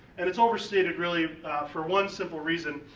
and it's overstated really for one simple reason,